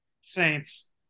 Saints